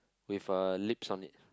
with uh lips on it